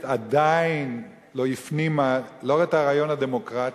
עדיין לא הפנימה לא את הרעיון הדמוקרטי,